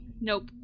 Nope